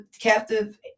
captive